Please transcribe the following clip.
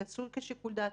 תעשו כשיקול דעתכם.